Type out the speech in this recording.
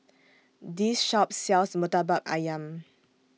This Shop sells Murtabak Ayam